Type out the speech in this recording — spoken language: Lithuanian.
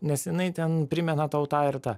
nes jinai ten primena tau tą ir tą